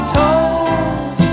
told